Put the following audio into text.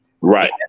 Right